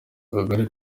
kagari